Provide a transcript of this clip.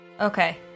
okay